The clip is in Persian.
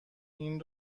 این